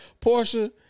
Portia